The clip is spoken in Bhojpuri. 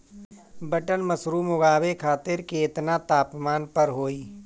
बटन मशरूम उगावे खातिर केतना तापमान पर होई?